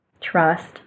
trust